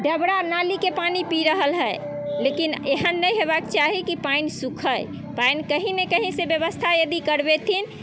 डबरा नालीके पानि पी रहल हइ लेकिन एहन नहि होयबाके चाही की पानि सूखै पानि कहीँ ने कही से व्यवस्था यदि करबेथिन